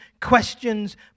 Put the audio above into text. questions